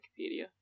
Wikipedia